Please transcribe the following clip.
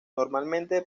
normalmente